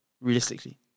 Realistically